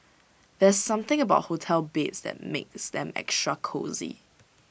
there's something about hotel beds that makes them extra cosy